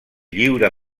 lliura